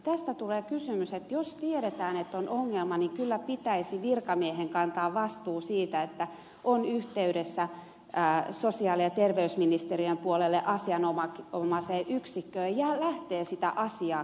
tässä tulee kysymys että jos tiedetään että on ongelma niin kyllä pitäisi virkamiehen kantaa vastuu siitä että hän on yhteydessä sosiaali ja terveysministeriön puolelle asianomaiseen yksikköön ja lähtee sitä asiaa kantamaan eteenpäin